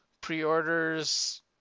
pre-orders